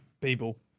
people